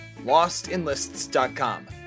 LostInLists.com